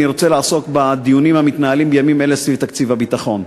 אני רוצה לעסוק בדיונים המתנהלים בימים אלה סביב תקציב הביטחון.